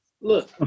Look